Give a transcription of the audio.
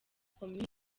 komini